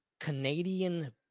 canadian